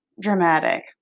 dramatic